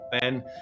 ben